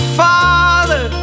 father